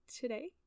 today